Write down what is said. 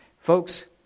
Folks